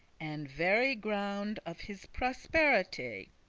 and very ground of his prosperity.